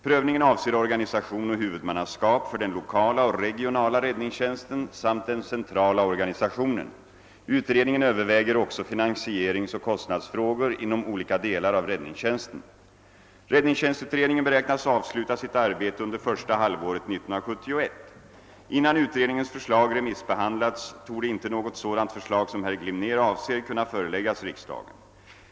Prövningen avser organisation och huvudmannaskap för den lokala och regionala räddningstjänsten samt den centrala organisationen. Utredningen överväger också finansieringsoch kostnadsfrågor inom olika delar av räddningstjänsten. Räddningstjänstutredningen beräknas avsluta sitt arbete under första halvåret 1971. Innan utredningens förslag remissbehandlats torde inte något sådant förslag som herr Glimnér avser kunna föreläggas riksdagen.